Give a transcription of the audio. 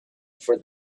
for